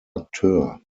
akteur